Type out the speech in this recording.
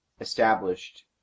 established